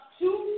two